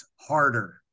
harder